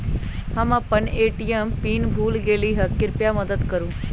हम अपन ATM pin भूल गेली ह, कृपया मदत करू